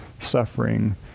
Suffering